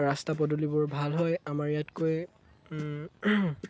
ৰাস্তা পদূলিবোৰ ভাল হয় আমাৰ ইয়াতকৈ